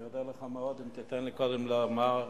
אני אודה לך מאוד אם תיתן לי קודם לתת